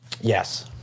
Yes